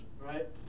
right